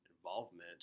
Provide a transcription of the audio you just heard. involvement